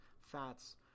fats